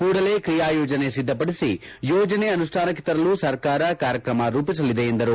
ಕೂಡಲೇ ಕ್ರಿಯಾಯೋಜನೆ ಸಿದ್ಧಪಡಿಸಿ ಯೋಜನೆ ಅನುಷ್ಠಾನಕ್ಕೆ ತರಲು ಸರ್ಕಾರ ಕಾರ್ಯಕ್ರಮ ರೂಪಿಸಲಿದೆ ಎಂದರು